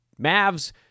Mavs